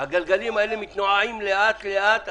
הגלגלים האלה מתנועעים לאט לאט,